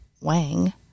Wang